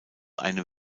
eine